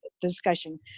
discussion